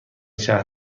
شهر